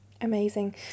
Amazing